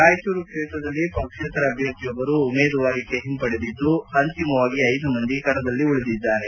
ರಾಯಚೂರು ಕ್ಷೇತ್ರದಲ್ಲಿ ಪಕ್ಷೇತರ ಅಭ್ಯರ್ಥಿ ಒಬ್ಬರು ಉಮೇದುವಾರಿಕೆ ಹಿಂಪಡೆದಿದ್ದು ಅಂತಿಮವಾಗಿ ಐದು ಮಂದಿ ಕಣದಲ್ಲಿ ಉಳಿದಿದ್ದಾರೆ